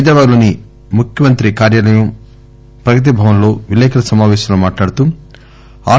హైదరాబాదులోని ముఖ్యమంత్రి క్యాంపు కార్యాలయం ప్రగతి భవన్ లో విలేకరుల సమాపేశంలో మాట్లాడుతూ ఆర్